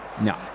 No